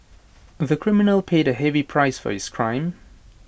of the criminal paid A heavy price for his crime